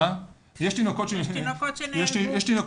יש תינוקות שנהרגו.